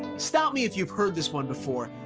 stop me if you've heard this one before.